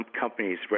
companies